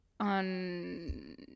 On